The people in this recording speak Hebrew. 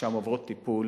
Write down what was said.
שם עוברות טיפול